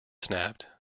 snapped